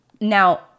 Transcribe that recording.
Now